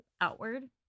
outward